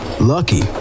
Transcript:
Lucky